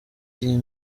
iyi